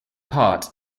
part